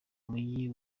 mujyi